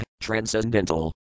Transcendental